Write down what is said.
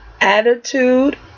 attitude